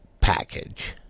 package